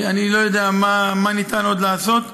אני לא יודע מה ניתן עוד לעשות.